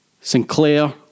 Sinclair